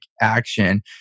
action